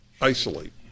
isolate